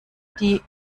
die